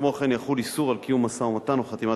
וכמו כן יחול איסור קיום משא-ומתן או חתימה